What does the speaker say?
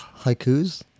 haikus